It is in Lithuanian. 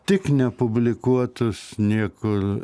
tik nepublikuotus niekur